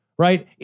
right